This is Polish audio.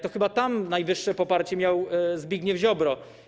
To chyba tam najwyższe poparcie miał Zbigniew Ziobro.